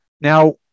Now